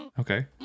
Okay